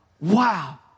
wow